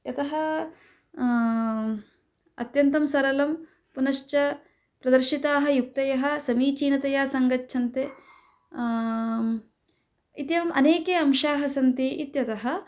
यतः अत्यन्तं सरलं पुनश्च प्रदर्शिताः युक्तयः समीचीनतया सङ्गच्छन्ते इत्येवम् अनेके अंशाः सन्ति इत्यतः